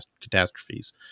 catastrophes